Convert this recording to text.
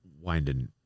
winding